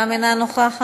גם אינה נוכחת,